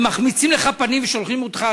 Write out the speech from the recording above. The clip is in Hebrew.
ומחמיצים לך פנים ושולחים אותך.